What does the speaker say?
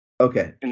Okay